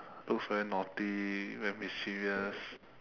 those very naughty very mischievous